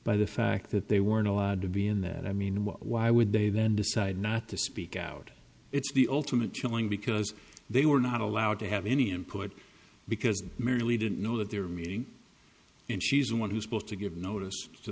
by the fact that they weren't allowed to be in that i mean well why would they then decide not to speak out it's the ultimate chilling because they were not allowed to have any input because merely didn't know that they were meeting and she's the one who's supposed to give notice to